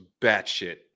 batshit